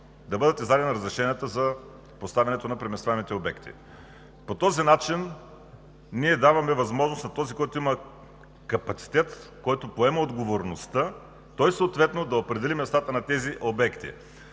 да бъдат издадени разрешенията за поставянето на преместваемите обекти. По този начин ние даваме възможност на този, който има капацитет, който поема отговорността, той съответно да определи местата на тези обекти,